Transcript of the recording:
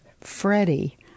Freddie